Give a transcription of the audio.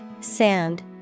sand